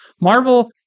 Marvel